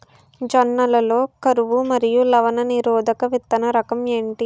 జొన్న లలో కరువు మరియు లవణ నిరోధక విత్తన రకం ఏంటి?